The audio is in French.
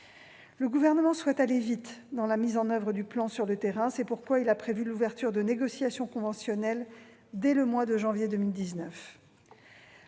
Le Gouvernement souhaite aller vite dans la mise en oeuvre du plan sur le terrain. C'est pourquoi il a prévu l'ouverture de négociations conventionnelles dès le mois de janvier 2019.